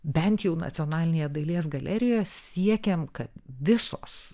bent jau nacionalinėje dailės galerijoje siekiam kad visos